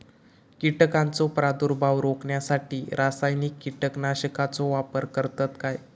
कीटकांचो प्रादुर्भाव रोखण्यासाठी रासायनिक कीटकनाशकाचो वापर करतत काय?